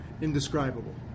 indescribable